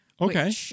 Okay